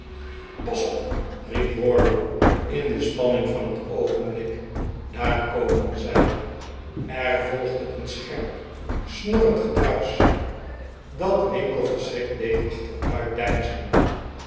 pas op riep wardle in de spanning van het oogenblik daar komen zij er volgde een scherp snorrend gedruisch dat winkle verschrikt deed achteruitdeinzen